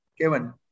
Kevin